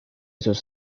sus